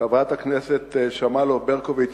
חברת הכנסת שמאלוב-ברקוביץ,